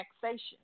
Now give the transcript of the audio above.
taxation